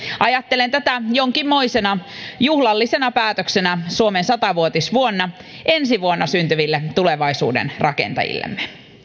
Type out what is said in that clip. ajattelen tätä jonkinmoisena juhlallisena päätöksenä suomen sata vuotisvuonna ensi vuonna syntyville tulevaisuuden rakentajillemme